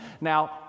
Now